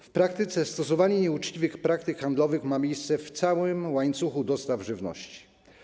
W praktyce stosowanie nieuczciwych praktyk handlowych ma miejsce w całym łańcuchu dostaw żywności.